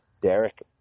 Derek